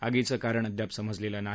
आगीचं कारण अद्याप समजलेलं नाही